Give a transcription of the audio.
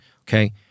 okay